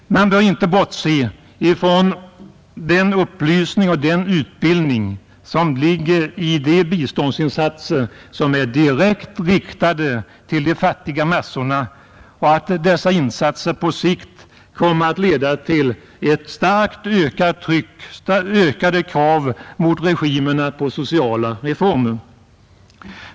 Man bör inte bortse ifrån att den upplysning och utbildning som ligger i de biståndsinsatser som är direkt riktade till de fattiga massorna på sikt kommer att leda till ett starkt ökat tryck och ökade krav på regimerna när det gäller sociala reformer.